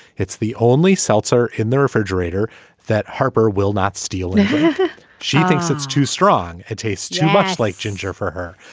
it's the only seltzer in the refrigerator that harper will not steal if she thinks it's too strong. it tastes too much like ginger for her.